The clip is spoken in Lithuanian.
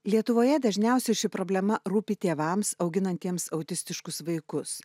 lietuvoje dažniausiai ši problema rūpi tėvams auginantiems autistiškus vaikus